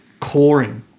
Coring